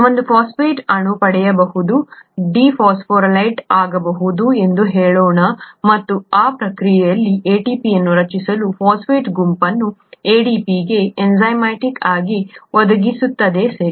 ಒಂದು ಫಾಸ್ಫೇಟ್ ಅಣು ಪಡೆಯಬಹುದು ಡಿಫಾಸ್ಫೊರಿಲೇಟ್ ಆಗಬಹುದು ಎಂದು ಹೇಳೋಣ ಮತ್ತು ಆ ಪ್ರಕ್ರಿಯೆಯಲ್ಲಿ ATP ಅನ್ನು ರಚಿಸಲು ಫಾಸ್ಫೇಟ್ ಗುಂಪನ್ನು ADP ಗೆ ಎಂಜೈಮ್ಯಾಟಿಕ್ ಆಗಿ ಒದಗಿಸುತ್ತದೆ ಸರಿ